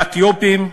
לאתיופים,